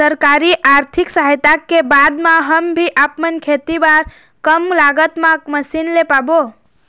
सरकारी आरथिक सहायता के बाद मा हम भी आपमन खेती बार कम लागत मा मशीन ले पाबो?